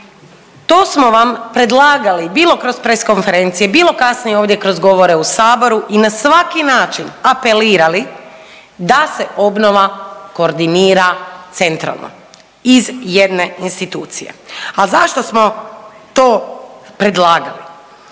To smo vam predlagali bilo kroz press konferencije, bilo kasnije ovdje kroz govore u Saboru i na svaki način apelirali da se obnova koordinira centralno iz jedne institucije. A zašto smo to predlagali?